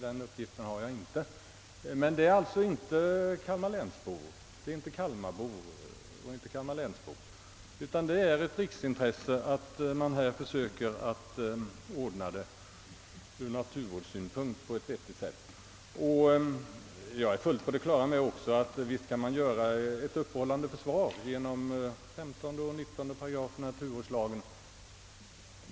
Dessa turis ter är alltså inte kalmareller kalmarlänsbor, utan det är ett riksintresse att naturvårdsfrågorna i dessa områden ordnas på ett vettigt sätt. Jag är fullt på det klara med att man kan bedriva ett uppehållande försvar genom att tillämpa 15 och 19 §§ i naturvårdslagen.